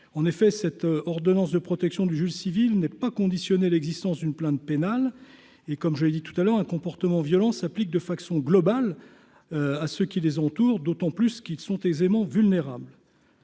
en effet, cette ordonnance de protection du juge civil n'est pas conditionner l'existence d'une plainte pénale et comme je l'ai dit tout à l'heure un comportement violent s'applique de façon globale, à ceux qui les entourent, d'autant plus qu'ils sont aisément vulnérables.